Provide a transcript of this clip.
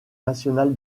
national